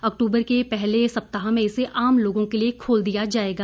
अक्टूबर के पहले सप्ताह में इसे आम लोगों के लिए खोल दिया जाएगा